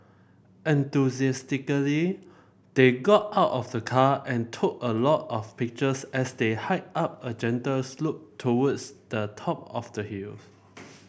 enthusiastically they got out of the car and took a lot of pictures as they hiked up a gentle slope towards the top of the hill